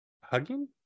hugging